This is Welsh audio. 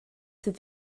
sydd